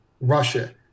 Russia